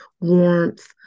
warmth